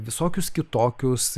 visokius kitokius